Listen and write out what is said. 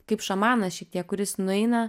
kaip šamanas šitie kuris nueina